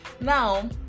now